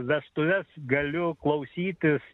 vestuves galiu klausytis